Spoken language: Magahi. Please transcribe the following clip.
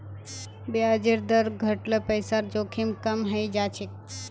ब्याजेर दर घट ल पैसार जोखिम कम हइ जा छेक